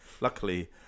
luckily